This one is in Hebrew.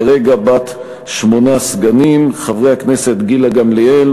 כרגע בת שמונה סגנים: חברי הכנסת גילה גמליאל,